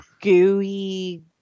gooey